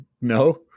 no